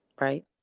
right